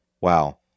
wow